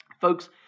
Folks